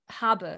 habe